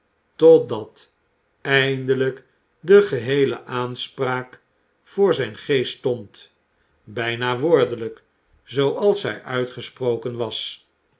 totdat eindelijk de geheele aanspraak voor zijn geest stond bijna woordelijk zooals zij uitgesproken was